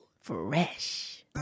Fresh